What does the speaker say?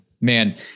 man